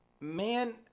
man